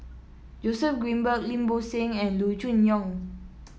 Joseph Grimberg Lim Bo Seng and Loo Choon Yong